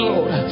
Lord